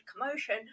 commotion